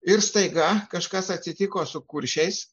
ir staiga kažkas atsitiko su kuršiais